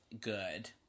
good